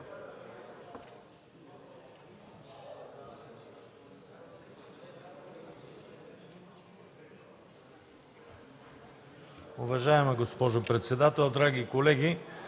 Уважаема госпожо председател, уважаеми колеги